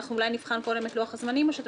אנחנו אולי נבחן קודם את לוח הזמנים או שאתה